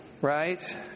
Right